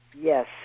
Yes